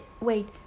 wait